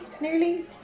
nearly